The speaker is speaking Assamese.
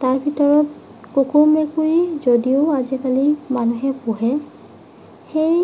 তাৰ ভিতৰত কুকুৰ মেকুৰী যদিও আজিকালি মানুহে পোহে সেই